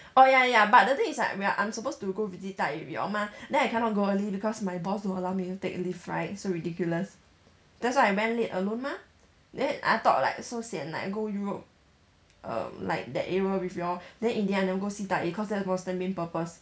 orh ya ya but the thing is like when I'm supposed to go visit 大姨 they all mah then I cannot go early because my boss don't allow me to take leave right so ridiculous that's why I went late alone mah then I thought like so sian like go europe err like that area with you all then in the end I never go see 大姨 cause that was the main purpose